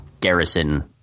garrison